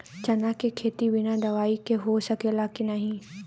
चना के खेती बिना दवाई के हो सकेला की नाही?